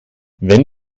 wenn